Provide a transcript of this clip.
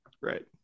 Right